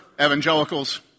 evangelicals